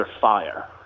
fire